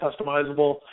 customizable